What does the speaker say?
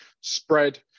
spread